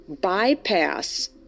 bypass